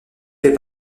fait